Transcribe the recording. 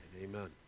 Amen